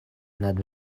nad